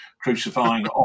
crucifying